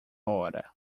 hora